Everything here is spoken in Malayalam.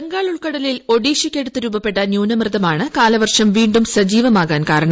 ബംഗാൾ ഉൾക്കടലിൽ ഒഡിഷയ്ക്കടുത്ത് രൂപപ്പെട്ട ന്യൂനമർദമാണ് കാലവർഷം വീണ്ടും സജീവമാകാൻ കാരണം